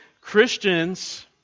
Christians